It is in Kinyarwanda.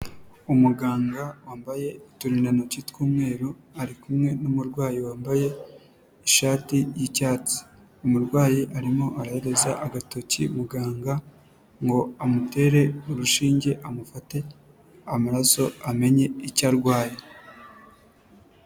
Umuganga wambaye uturindantoki tw'umweru, ari kumwe n'umurwayi wambaye ishati y'icyatsi. Umurwayi arimo arahereza agatoki muganga ngo amutere urushinge, amufate amaraso amenye icyo arwaye.